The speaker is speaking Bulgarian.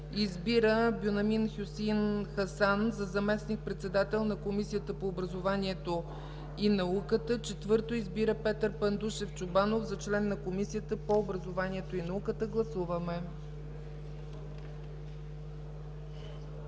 Избира Бюнямин Хюсеин Хасан за заместник-председател на Комисията по образованието и науката. 4. Избира Петър Пандушев Чобанов за член на Комисията по образованието и науката.” Гласуваме.